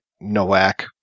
Nowak